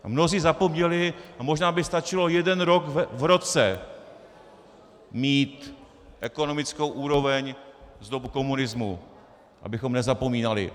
A mnozí zapomněli a možná by stačilo jeden den v roce mít ekonomickou úroveň z dob komunismu, abychom nezapomínali.